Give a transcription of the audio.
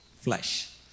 flesh